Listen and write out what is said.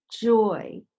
joy